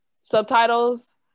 subtitles